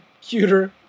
cuter